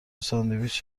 ساندویچ